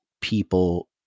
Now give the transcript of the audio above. people